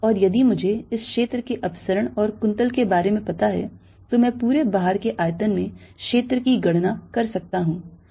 और यदि मुझे इस क्षेत्र के अपसरण और कुंतल के बारे में पता है तो मैं पूरे बाहर के आयतन में क्षेत्र की गणना कर सकता हूं